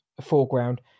foreground